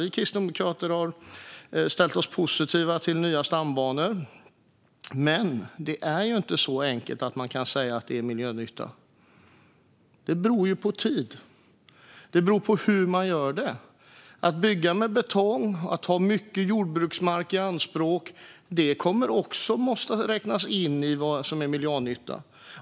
Vi kristdemokrater har ställt oss positiva till nya stambanor, men det är inte så enkelt att man kan säga att det är miljönytta. Det beror ju på tid och hur det görs. I att bygga med betong och att ta mycket jordbruksmark i anspråk måste också räknas in vad som är miljönytta.